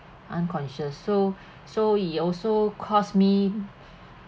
unconscious so so it also cause me